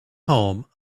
home